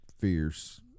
fierce